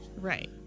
Right